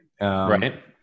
Right